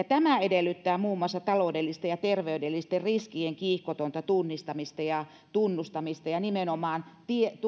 tämä edellyttää muun muassa taloudellisten ja terveydellisten riskien kiihkotonta tunnistamista ja tunnustamista ja nimenomaan